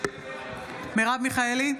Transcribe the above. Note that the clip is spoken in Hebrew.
מרב מיכאלי,